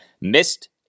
missed